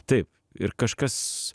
taip ir kažkas